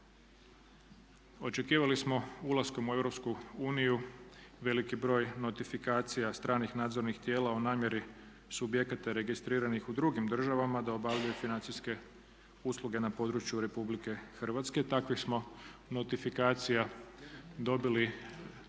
Očekivali smo ulaskom u EU veliki broj notifikacija stranih nadzornih tijela u namjeri subjekata registriranih u drugim državama da obavljaju financijske usluge na području Republike Hrvatske. Takvih smo notifikacija dobili